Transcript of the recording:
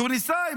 תוניסאי,